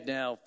now